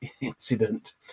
incident